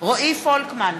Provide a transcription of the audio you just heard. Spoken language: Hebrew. רועי פולקמן,